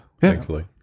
thankfully